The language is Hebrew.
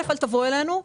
אל תבוא אלינו,